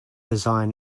design